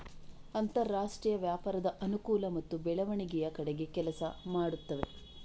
ಅಂತರಾಷ್ಟ್ರೀಯ ವ್ಯಾಪಾರದ ಅನುಕೂಲ ಮತ್ತು ಬೆಳವಣಿಗೆಯ ಕಡೆಗೆ ಕೆಲಸ ಮಾಡುತ್ತವೆ